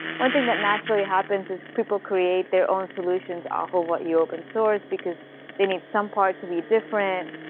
one thing that naturally happens is people create their own solutions off of what you open source, because they need some part to be different.